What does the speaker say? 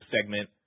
segment